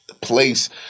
place